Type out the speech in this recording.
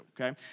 okay